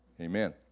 Amen